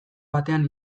batean